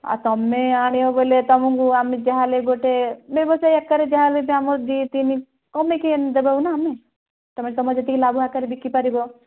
ଆଉ ତମେ ଆଣିବ ବୋଲେ ତମକୁ ଆମେ ଯାହାହେଲେ ବି ଗୋଟେ ସେଇ ଆକାରରେ ଯାହାହେଲେ ବି ଦୁଇ ତିନି କମାଇକି ଦେବା ନା ଆମେ ତମେ ତମର ଯେତିକି ଲାଭ ଆକାରରେ ବିକି ପାରିବ